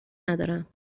ندارم